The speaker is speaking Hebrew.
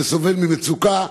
שסובל ממצוקה,